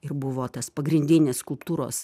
ir buvo tas pagrindinis skulptūros